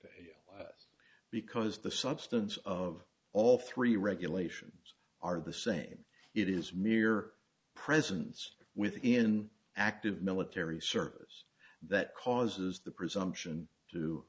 s because the substance of all three regulations are the same it is mere presence within active military service that causes the presumption